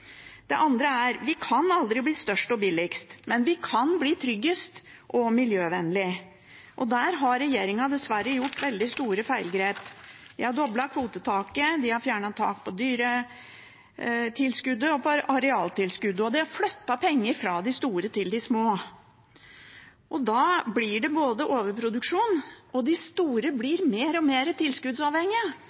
Det andre er at vi aldri kan bli størst og billigst, men vi kan bli tryggest og miljøvennlig, og der har regjeringen dessverre gjort veldig store feilgrep. De har doblet kvotetaket, de har fjernet tak på dyretilskuddet og på arealtilskuddet, og de har flyttet penger fra de store til de små. Da blir det overproduksjon, og de store blir mer og mer tilskuddsavhengige.